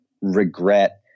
regret